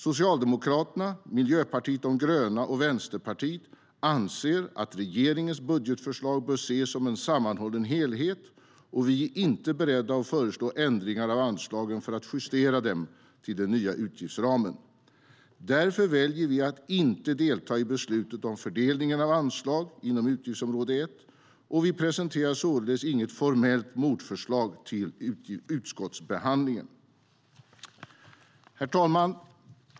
Socialdemokraterna, Miljöpartiet de gröna och Vänsterpartiet anser att regeringens budgetförslag bör ses som en sammanhållen helhet. Herr talman!